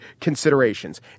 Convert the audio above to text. considerations